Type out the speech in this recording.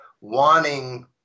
wanting